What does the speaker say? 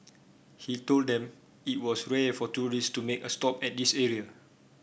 he told them that it was rare for tourist to make a stop at this area